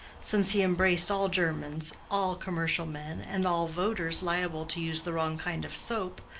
since he embraced all germans, all commercial men, and all voters liable to use the wrong kind of soap,